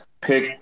pick